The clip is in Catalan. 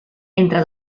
entre